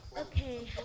Okay